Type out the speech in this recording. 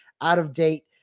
out-of-date